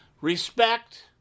respect